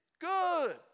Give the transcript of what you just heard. Good